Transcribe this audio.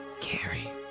Carrie